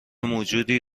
موجودی